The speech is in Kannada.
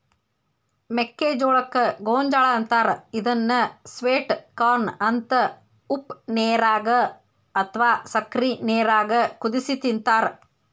ಮೆಕ್ಕಿಜೋಳಕ್ಕ ಗೋಂಜಾಳ ಅಂತಾರ ಇದನ್ನ ಸ್ವೇಟ್ ಕಾರ್ನ ಅಂತ ಉಪ್ಪನೇರಾಗ ಅತ್ವಾ ಸಕ್ಕರಿ ನೇರಾಗ ಕುದಿಸಿ ತಿಂತಾರ